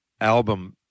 album